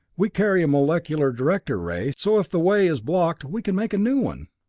we carry a molecular director ray, so if the way is blocked, we can make a new one.